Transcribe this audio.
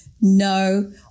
no